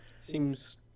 Seems